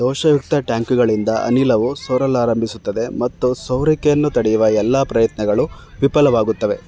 ದೋಷಯುಕ್ತ ಟ್ಯಾಂಕ್ಗಳಿಂದ ಅನಿಲವು ಸೋರಲಾರಂಭಿಸುತ್ತದೆ ಮತ್ತು ಸೋರಿಕೆಯನ್ನು ತಡೆಯುವ ಎಲ್ಲ ಪ್ರಯತ್ನಗಳು ವಿಫಲವಾಗುತ್ತವೆ